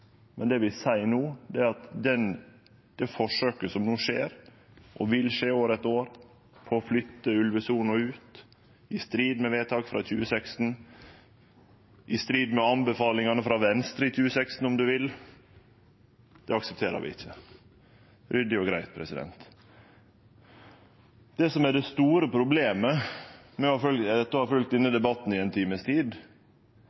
men det vi seier no, er at det forsøket som no skjer, og som vil skje år etter år, på å flytte ulvesona ut, i strid med vedtaket frå 2016, i strid med anbefalingane frå Venstre i 2016, om ein vil, aksepterer vi ikkje – ryddig og greitt. Det som er det store problemet etter å ha følgt denne